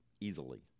easily